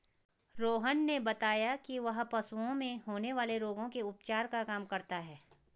रोहन ने बताया कि वह पशुओं में होने वाले रोगों के उपचार का काम करता है